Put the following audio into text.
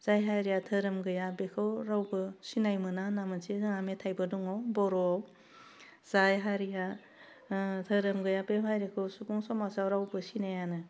जाय हारिया धोरोम गैया बेखौ रावबो सिनायनो मोना होन्ना मेनसे जोंहा मेथाइबो दङ बर'वाव जाय हारिया धोरोम गैया बे हारिखौ सुबुं समाजाव रावबो सिनायानो